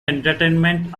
entertainment